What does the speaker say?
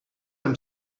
amb